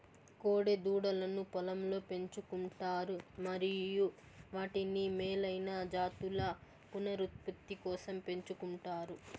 కోడె దూడలను పొలంలో పెంచు కుంటారు మరియు వాటిని మేలైన జాతుల పునరుత్పత్తి కోసం పెంచుకుంటారు